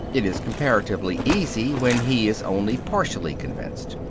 it is comparatively easy when he is only partially convinced.